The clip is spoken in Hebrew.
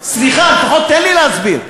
סליחה, לפחות תן לי להסביר.